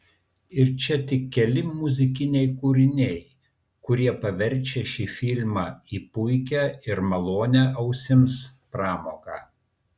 ir čia tik keli muzikiniai kūriniai kurie paverčia šį filmą į puikią ir malonią ausims pramogą